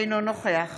אינו נוכח